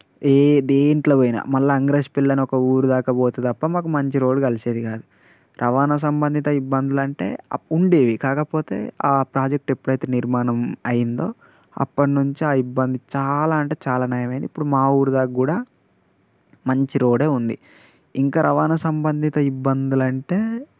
ఏ దేంట్లో పోయినా మళ్ళా అంగ్రేజ్ పల్లి అనే ఊరు దాకపోతే తప్ప మాకు మంచి రోడ్డు కలిసేది కాదు రవాణా సంబంధిత ఇబ్బందులు అంటే అప్పుడు ఉండేవి కాకపోతే ఆ ప్రాజెక్టు ఎప్పుడైతే నిర్మాణం అయ్యిందో అప్పటినుంచి ఆ ఇబ్బంది చాలా అంటే చాలా నయం అయ్యింది ఇప్పుడు మా ఊరు దాక కూడా మంచి రోడ్డే ఉంది ఇంకా రవాణా సంబంధిత ఇబ్బందులు అంటే